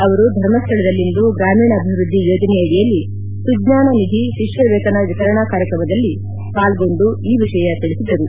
ಅವರು ಧರ್ಮಸ್ಥಳದಲ್ಲಿಂದು ಗ್ರಾಮೀಣಾಭಿವೃದ್ದಿ ಯೋಜನೆಯಡಿಯಲ್ಲಿ ಸುಜ್ಞಾನ ನಿಧಿ ಶಿಷ್ಕ ವೇತನ ವಿತರಣಾ ಕಾರ್ಯಕ್ರಮದಲ್ಲಿ ಪಾಲ್ಗೊಂಡು ಈ ವಿಷಯ ತಿಳಿಸಿದರು